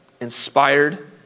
inspired